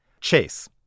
Chase